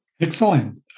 Excellent